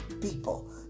people